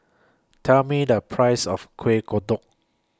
Tell Me The Price of Kuih Kodok